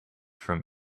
from